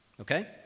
okay